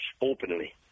openly